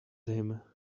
him